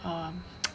um